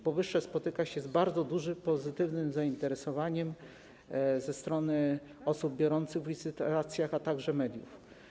Powyższe spotyka się z bardzo dużym pozytywnym zainteresowaniem ze strony osób biorących udział w licytacjach oraz mediów.